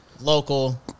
local